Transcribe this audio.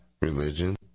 religion